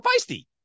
feisty